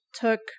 took